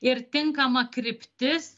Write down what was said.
ir tinkama kryptis